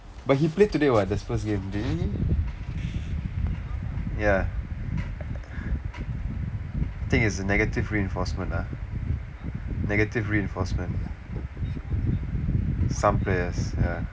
but he played today [what] this first game did he ya thing is negative reinforcement ah negative reinforcement some players ya